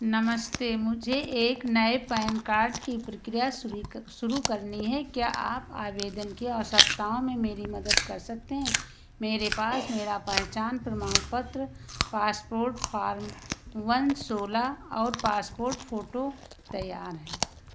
नमस्ते मुझे एक नए पैन कार्ड की प्रक्रिया शुरू करनी है क्या आप आवेदन की आवश्यकताओं में मेरी मदद कर सकते हैं मेरे पास मेरा पहचान प्रमाणपत्र पासपोर्ट फ़ॉर्म वन सोलह और पासपोर्ट फ़ोटो तैयार है